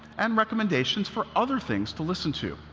and recommendations for other things to listen to